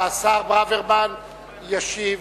השר ברוורמן ישיב.